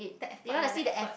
that effort lah that effort